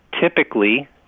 Typically